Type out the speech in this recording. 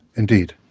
indeed.